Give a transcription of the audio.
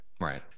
Right